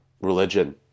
religion